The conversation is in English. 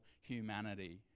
humanity